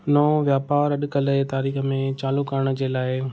नओं व्यापार अॼु कल्ह जी तारीखु़ में चालू करणु जे लाइ